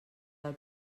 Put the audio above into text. del